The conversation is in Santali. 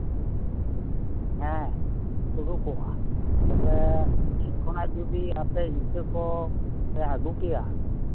ᱦᱮᱸ ᱩᱰᱩᱠᱚᱜᱼᱟ ᱛᱚᱵᱮ ᱚᱸᱰᱮ ᱠᱷᱚᱱᱟᱜ ᱡᱚᱫᱤ ᱟᱯᱮ ᱤᱛᱟᱹ ᱠᱚ ᱟᱹᱜᱩ ᱠᱮᱭᱟ